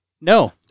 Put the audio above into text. No